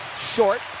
Short